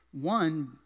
one